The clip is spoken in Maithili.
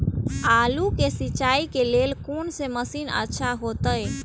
आलू के सिंचाई के लेल कोन से मशीन अच्छा होते?